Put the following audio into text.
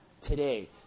today